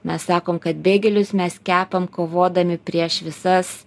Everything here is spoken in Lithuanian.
mes sakom kad beigelius mes kepam kovodami prieš visas